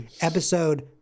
episode